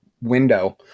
Window